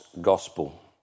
Gospel